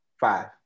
five